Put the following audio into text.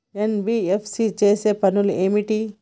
NBFC చేసే పనులు ఏమిటి?